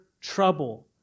trouble